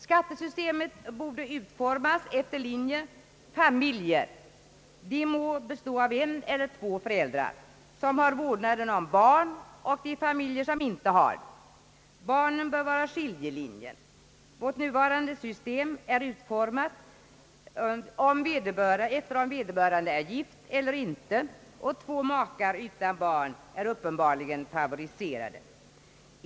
Skattesystemet borde utformas efter linjen familjer — de må bestå av en eller två föräldrar — som har vårdnaden om barn och de som inte har det. Barnen bör vara skiljelinjen. Vårt nuvarande system är utformat efter om vederbörande är gift eller inte. Två makar utan barn är uppenbarligen favoriserade.